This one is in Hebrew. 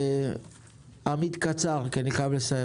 עמית, בבקשה.